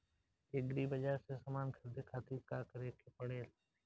Agri बाज़ार से समान ख़रीदे खातिर का करे के पड़ेला?